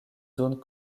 zones